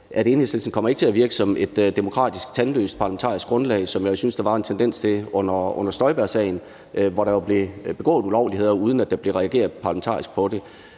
at Enhedslisten ikke kommer til at virke som et demokratisk tandløst parlamentarisk grundlag, hvad jeg jo synes, der var en tendens til, at nogle gjorde under Støjbergssagen, hvor der jo blev begået ulovligheder, uden der blev reageret parlamentarisk på det.